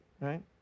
right